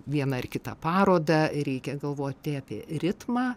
viena ar kita paroda reikia galvoti apie ritmą